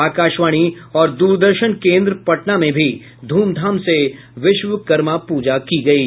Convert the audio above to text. आकाशवाणी और दूरदर्शन केन्द्र पटना में भी धूमधाम से विश्वकर्मा पूजा की गयी